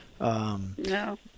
No